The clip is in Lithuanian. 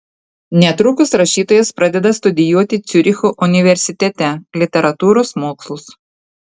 netrukus rašytojas pradeda studijuoti ciuricho universitete literatūros mokslus